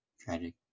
Tragic